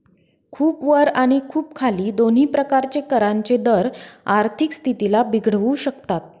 खूप वर आणि खूप खाली दोन्ही प्रकारचे करांचे दर आर्थिक स्थितीला बिघडवू शकतात